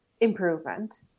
improvement